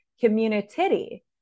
community